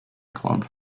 club